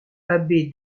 abbé